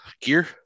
gear